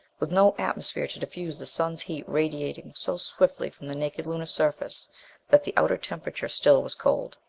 with no atmosphere to diffuse the sun's heat radiating so swiftly from the naked lunar surface that the outer temperature still was cold.